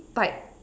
bike